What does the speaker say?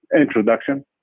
introduction